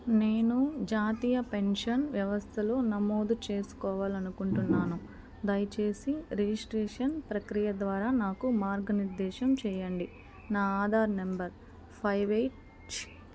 నేను జాతీయ పెన్షన్ వ్యవస్థలో నమోదు చేసుకోవాలనుకుంటున్నాను దయచేసి రిజిస్ట్రేషన్ ప్రక్రియ ద్వారా నాకు మార్గనిర్దేశం చేయండి నా ఆధార్ నంబరు ఫైవ్ ఎయిట్ చి